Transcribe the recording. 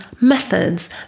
methods